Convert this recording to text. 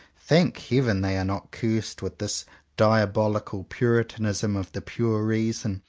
thank heaven they are not cursed with this diabolical puritanism of the pure reason,